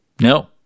No